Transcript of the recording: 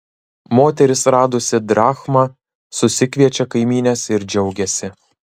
moteris radusi drachmą susikviečia kaimynes ir džiaugiasi